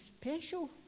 special